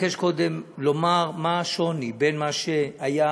לומר מה ההבדל בין מה שהיה